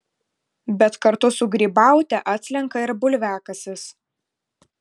bet kartu su grybaute atslenka ir bulviakasis